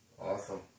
awesome